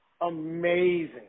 amazing